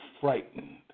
frightened